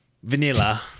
Vanilla